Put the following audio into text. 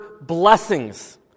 blessings